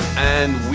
and